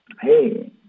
Hey